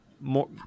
more